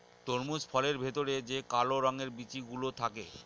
তরমুজ ফলের ভেতরে যে কালো রঙের বিচি গুলো থাকে